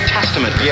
Testament